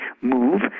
move